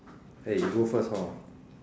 eh you go first hor